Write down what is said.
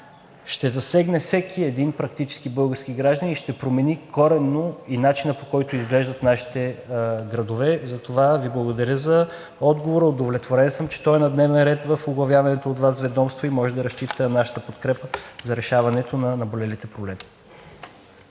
ще засегне практически всеки един български гражданин и ще промени коренно и начина, по който изглеждат нашите градове. Затова Ви благодаря за отговора. Удовлетворен съм, че той е на дневен ред в оглавяваното от Вас ведомство и може да разчитате на нашата подкрепа за решаването на наболелите проблеми.